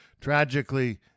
Tragically